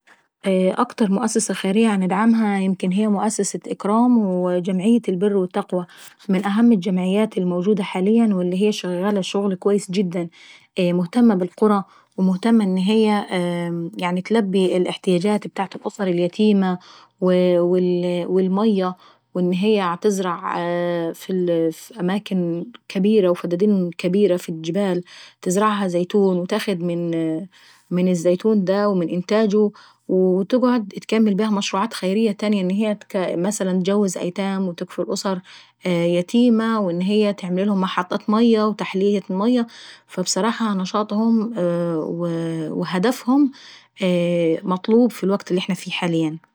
اكتر مؤسسة خيرية عندعمها يمكن هي مؤسسة اكرام وجمعية البر والتقوى. من أهم الجمعيات الموجودة حاليا واللي هي شغالة شغل اكويس جدا. هي مهتمة بالقرى ومهتمة ان هي اتلبي الاحتياجات ابتاعة الأسر اليتيمية والمية وان هي عتزرع في أماكن كابيرة وفدادين كابيرة في الجبال. وبتزرع الزيتون وتاخد من انتاجه وو تقعد اتكمل بيها مشروعات خيرية تاني يعني مثلا اتجوز أيتام وتكفل أسر يتيمة. وان هي تعملهلم محطات للمية وتحلية المية. فبصراحة نشاطهم و وهدفهم مطلوب في الوكت اللي احنا فيه حاليا.